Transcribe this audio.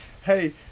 hey